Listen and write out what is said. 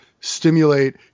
stimulate